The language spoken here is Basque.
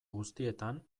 guztietan